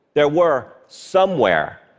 there were, somewhere,